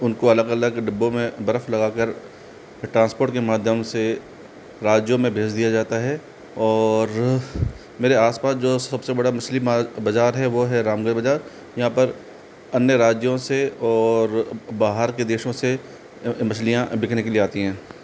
उनको अलग अलग डिब्बों में बर्फ लगाकर ट्रांसपोर्ट के माध्यम से राज्यों में भेज दिया जाता है और मेरे आसपास जो सबसे बड़ा मछली मार बाजार है वो है रामदेव बाजार यहाँ पर अन्य राज्यों से और बाहर के देशों से मछलियाँ बिकने के लिए आती हैं